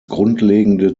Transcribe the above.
grundlegende